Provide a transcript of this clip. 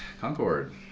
Concord